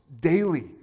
daily